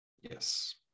Yes